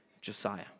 Josiah